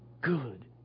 good